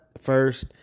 first